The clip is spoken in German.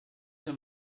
herr